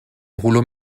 rouleaux